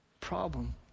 problem